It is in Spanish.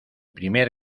primer